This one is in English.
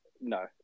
No